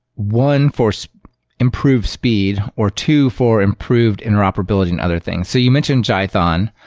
one for so improved speed, or two, for improved interoperability and other things. so you mentioned gython.